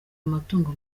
amatungo